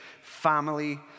family